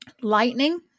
Lightning